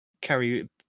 carry